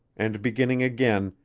and beginning again,